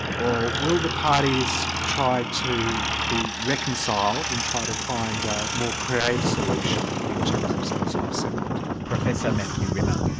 or will the parties try to be reconciled and try to find a more creative solution in in terms of some sort of settlement. professor matthew rimmer.